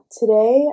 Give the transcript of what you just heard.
today